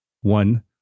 one